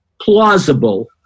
plausible